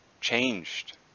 changed